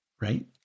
Right